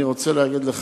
אני רוצה להגיד לך,